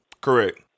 Correct